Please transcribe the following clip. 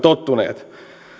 tottuneet